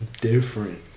different